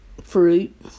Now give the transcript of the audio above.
fruit